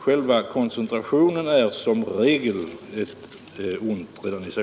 Själva koncentrationen är som regel ett ont redan i sig.